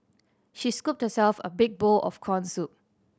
she scooped herself a big bowl of corn soup